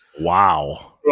Wow